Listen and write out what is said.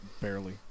barely